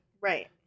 Right